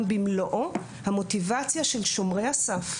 במלואו, המוטיבציה של שומרי הסף,